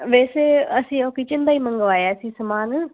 ਵੈਸੇ ਅਸੀਂ ਉਹ ਕਿਚਨ ਦਾ ਹੀ ਮੰਗਵਾਇਆ ਸੀ ਸਮਾਨ